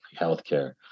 healthcare